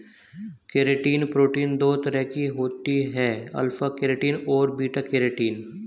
keratin protein दो तरह की होती है अल्फ़ा केरेटिन और बीटा केरेटिन